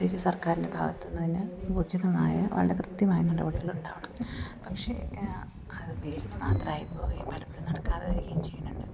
പ്രത്യേകിച്ചു സർക്കാരിൻ്റെ ഭാഗത്തു നിന്ന് ഊർജിതമായ വളരെ കൃത്യമായ നടപടികൾ ഉണ്ടാവണം പക്ഷെ അത് പേരിനു മാത്രമായി പോവുകയും പലപ്പോഴും നടക്കാതെ വരികയും ചെയ്യുന്നുണ്ട്